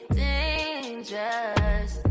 dangerous